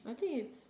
I think it's